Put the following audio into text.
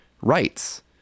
rights